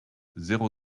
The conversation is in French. zéro